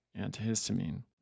antihistamine